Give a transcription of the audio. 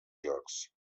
jocs